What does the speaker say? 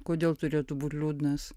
kodėl turėtų būt liūdnas